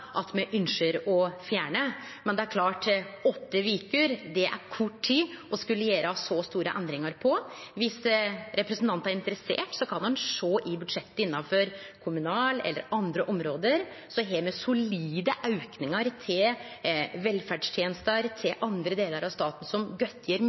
at me ynskjer å fjerne, men åtte veker er kort tid å skulle gjere så store endringar på. Viss representanten er interessert, kan han sjå at i budsjettet innanfor kommunalområdet, og på andre område, har me solide aukingar til velferdstenester